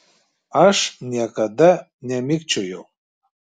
aš niekada nemikčiojau